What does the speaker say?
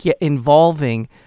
involving